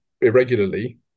irregularly